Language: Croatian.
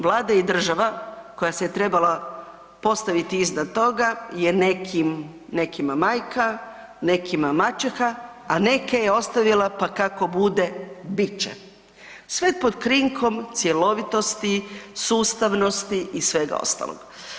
Vlada i država koja se trebala postaviti iznad toga je nekim manjka, nekima maćeha a neke je ostavila pa kako bude, bit će sve pod krinkom cjelovitosti, sustavnosti i svega ostalog.